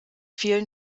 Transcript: vielen